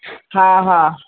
हा हा